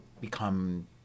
become